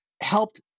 helped